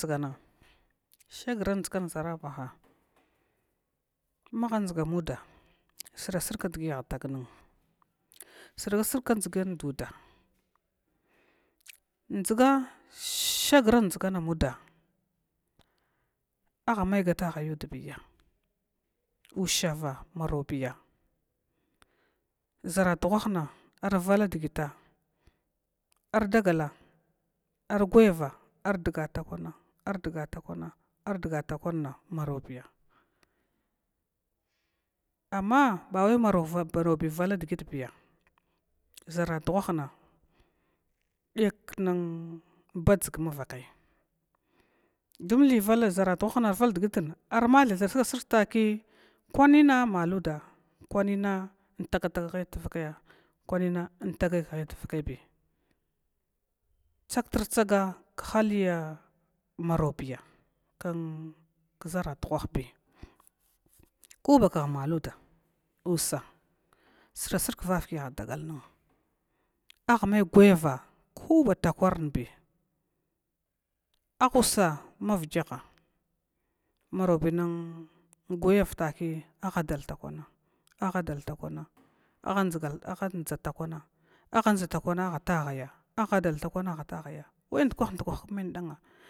Dʒgna shagr dʒgan ʒara baha maha dʒgamuda srsrg kdgi aha tagn srasrg kdʒgan duda dʒga shagra dʒgan mud aha may gata hayudbiya, ushava marobiya ʒaradughahana arvala dgita ar dagala argwayava ardgatakwa ardgatakwa ardgatakwanna marobi, amma bawai marobi vala dgitbiya ʒara dugharna dek nnbadʒg mavakay dun li vala ʒaradughahna ar vala dgitn armathai srga srg taki kwanina malud kwanina ntagatagkhai tvakaibi kwanina intagai khaidu akaibiya tsagtr tsaga khiya marabiy kn kʒradughahbiya, koba khmaluda usa srasrg kravaki adagal nn aha mai gwa iva kubarakwarbi, aha usa mavgiha marob nn gwayav taki aha dal takwanaha dal takwana aha dʒgan aha dʒatakwana aha tahaya aha dal takwa aha tahaya